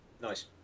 Nice